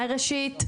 ראשית,